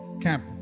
Camp